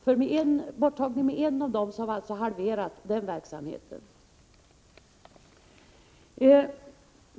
Tar vi bort en av dem har vi alltså halverat den verksamheten.